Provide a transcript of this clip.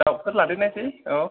दाउफोर लादेरनायसै औ